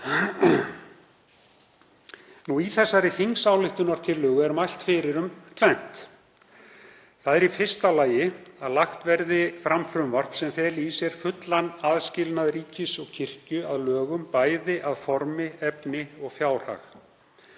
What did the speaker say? Í þessari þingsályktunartillögu er mælt fyrir um tvennt: Í fyrsta lagi að lagt verði fram lagafrumvarp sem feli í sér fullan aðskilnað ríkis og kirkju að lögum að formi, efni og fjárhag.